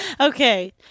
Okay